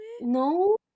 No